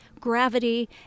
gravity